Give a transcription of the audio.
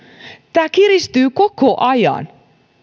tämä kiristyy koko ajan